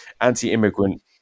anti-immigrant